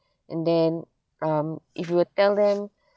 and then um if you were tell them